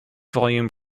volume